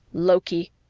loki!